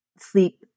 sleep